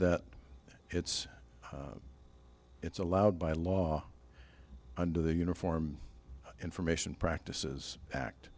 that it's it's allowed by law under the uniform information practices act